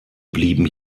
blieben